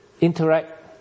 interact